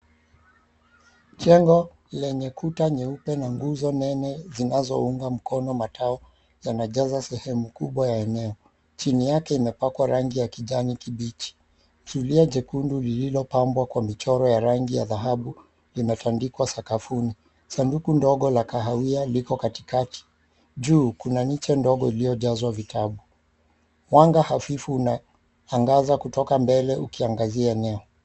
Jengo lenye kuta nyeupe na nguzo nene zinazounga mkono matao zinajaza sehemu kubwa ya eneo. Chini yake imepakwa rangi ya kijani kibichi. Zulia jekundu lilopambwa kwa michoro ya rangi ya dhahabu limetandikwa sakafuni. Sanduku ndogo la kahawia liko katikakati. Juu kuna miche ndogo iliyojazwa vitabu. Mwanga hafifu unaangaza kutoka mbele ukiangazia eneo.